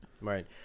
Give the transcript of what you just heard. Right